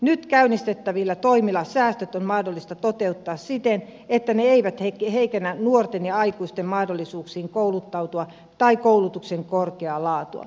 nyt käynnistettävillä toimilla säästöt on mahdollista toteuttaa siten että ne eivät heikennä nuorten ja aikuisten mahdollisuuksia kouluttautua tai koulutuksen korkeaa laatua